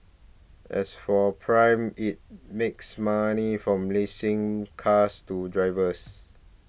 as for Prime it makes money from leasing cars to drivers